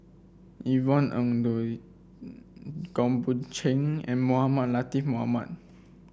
Yvonne Ng Uhde Goh Boon Teck and Mohamed Latiff Mohamed